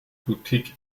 boutique